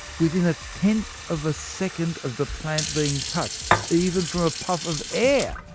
within a tenth of a second of the plant being touched, even from a puff of air,